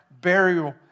burial